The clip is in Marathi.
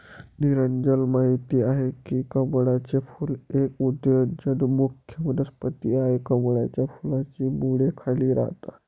नीरजल माहित आहे की कमळाचे फूल एक उदयोन्मुख वनस्पती आहे, कमळाच्या फुलाची मुळे खाली राहतात